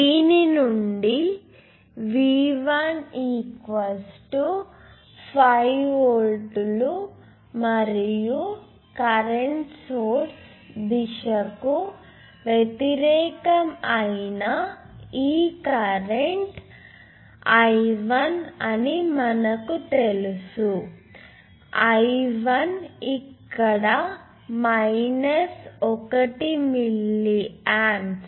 దీని నుండి V1 5 వోల్ట్లు మరియు కరెంట్ సోర్స్ దిశకు వ్యతిరేకం అయిన ఈ కరెంట్ I1 అని మనకు తెలుసు I1 ఇక్కడ మైనస్ 1 మిల్లియాంప్స్